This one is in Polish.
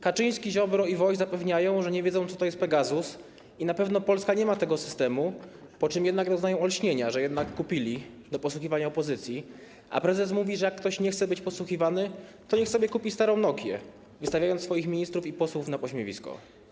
Kaczyński, Ziobro i Woś zapewniają, że nie wiedzą, co to jest Pegasus, i na pewno Polska nie ma tego systemu, po czym jednak doznają olśnienia, że jednak kupili go do podsłuchiwania opozycji, a prezes mówi, że jak ktoś nie chce być podsłuchiwany, to niech sobie kupi starą Nokię, wystawiając swoich ministrów i posłów na pośmiewisko.